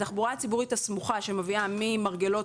התחבורה הציבורית הסמוכה שמביאה ממרגלות